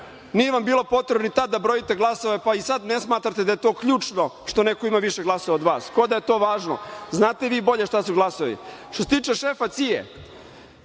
Nije vam bilo potrebno ni tad da brojite glasove, pa i sad ne smatrate da je to ključno što neko ima više glasova od vas, kao da je to važno. Znate vi bolje šta su glasovi. Što se tiče šefa CIA,